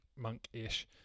monk-ish